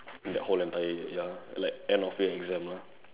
that whole entire year ya like end of year exam lah